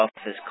office